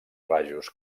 rajos